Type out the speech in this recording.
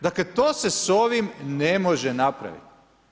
Dakle, to se s ovim ne može napraviti.